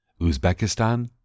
Uzbekistan